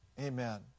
Amen